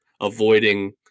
avoiding